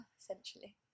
essentially